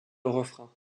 refrain